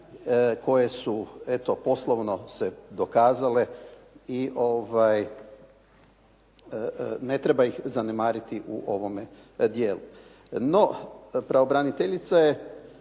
koje su eto poslovno se dokazale i ne treba ih zanemariti u ovome dijelu. No, pravobraniteljica je